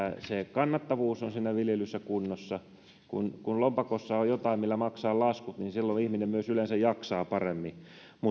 kannattavuus on viljelyssä kunnossa kun kun lompakossa on jotain millä maksaa laskut niin silloin ihminen myös yleensä jaksaa paremmin myöskin